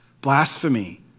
Blasphemy